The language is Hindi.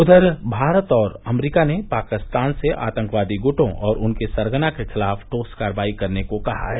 उधर भारत और अमरीका ने पाकिस्तान से आतंकवादी गुटों और उनके सरगना के खिलाफ ठोस कार्रवाई करने को कहा है